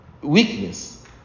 weakness